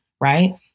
Right